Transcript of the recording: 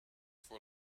for